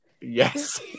yes